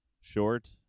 short